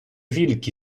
wilki